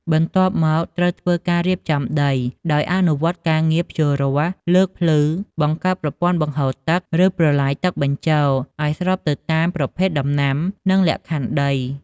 បន្ទាប់មកត្រូវធ្វើការរៀបចំដី ដោយអនុវត្តការងារភ្ជួររាស់ លើកភ្លឺ បង្កើតប្រព័ន្ធបង្ហូរទឹក ឬប្រឡាយទឹកបញ្ចូល ឱ្យស្របទៅតាមប្រភេទដំណាំ និងលក្ខខណ្ឌដី។